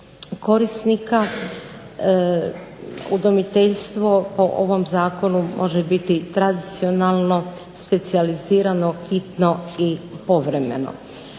korisnika udomiteljstvo u ovom zakonu može biti tradicionalno, specijalizirano, hitno i povremeno.